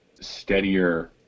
steadier